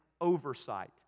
oversight